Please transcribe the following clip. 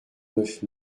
neuf